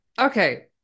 okay